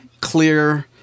clear